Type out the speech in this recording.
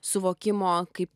suvokimo kaip